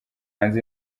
hanze